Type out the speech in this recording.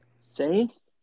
Saints